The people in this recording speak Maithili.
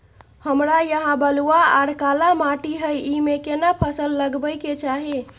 हमरा यहाँ बलूआ आर काला माटी हय ईमे केना फसल लगबै के चाही?